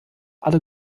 alle